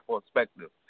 perspective